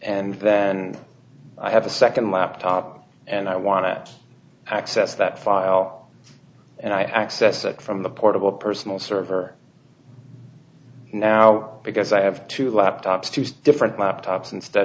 and then i have a second laptop and i want to access that file and i access it from the portable personal server now because i have two laptops to use different laptops instead